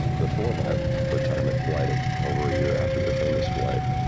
the for my retirement flight over a year after the famous flight,